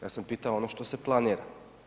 Ja sam pitao ono što se planiram.